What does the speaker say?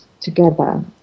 together